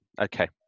Okay